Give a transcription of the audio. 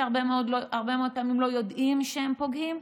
שהרבה מאוד פעמים הם לא יודעים שהם פוגעים.